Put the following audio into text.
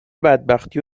بدبختی